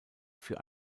für